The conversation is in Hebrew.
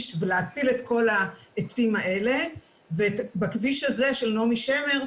ולהציל את כל העצים האלה ובכביש הזה של נעמי שמר,